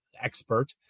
expert